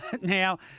Now